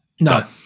No